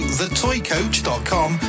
thetoycoach.com